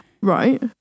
Right